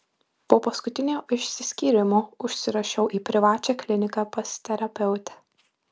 po paskutinio išsiskyrimo užsirašiau į privačią kliniką pas terapeutę